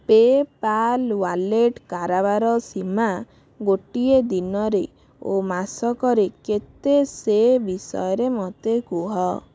PayPal wallet କାରବାର ସୀମା ଗୋଟିଏ ଦିନରେ ଓ ମାସକରେ କେତେ ସେ ବିଷୟରେ ମୋତେ କୁହ